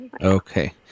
okay